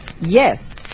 yes